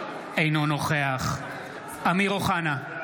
אינו נוכח אמיר אוחנה,